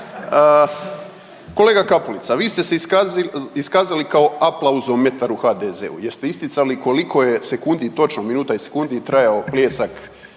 Kolega Kapulica, vi ste se iskazali kao aplauzometar u HDZ-u jer ste isticali koliko je sekundi, točno minuta i sekundi trajao pljesak